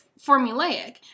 formulaic